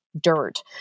dirt